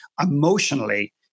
Emotionally